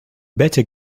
better